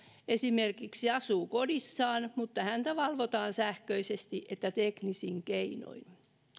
esimerkiksi niin että he asuvat kodissaan mutta heitä valvotaan sähköisesti ja teknisin keinoin